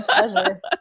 pleasure